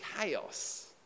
chaos